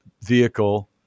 vehicle